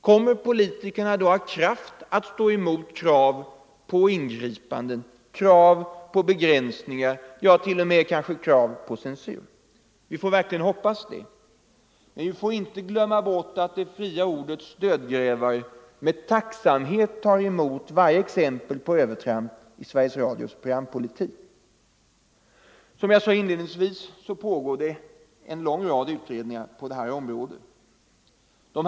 Kommer politikerna då att ha kraft att stå emot krav på ingripanden, krav på begränsningar, ja kanske t.o.m. krav på censur? Vi får verkligen hoppas det. Vi får inte glömma bort att det fria ordets dödgrävare med tacksamhet tar emot varje exempel på övertramp i Sveriges Radios programpolitik. Som jag sade inledningsvis pågår det en lång rad utredningar på området.